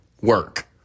Work